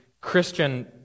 Christian